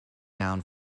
down